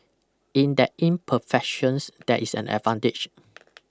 in that imperfections there is an advantage